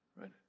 Right